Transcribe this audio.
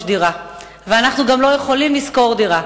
דירה ואנחנו גם לא יכולים לשכור דירה,